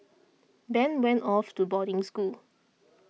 Ben went off to boarding school